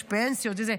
יש פנסיות וזה,